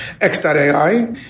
X.ai